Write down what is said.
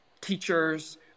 teachers